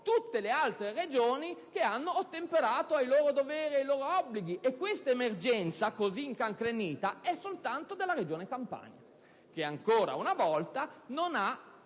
tutte le altre Regioni ottemperare ai loro doveri e ai loro obblighi. Questa emergenza così incancrenita è soltanto della Regione Campania, che ancora una volta ha